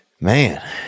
Man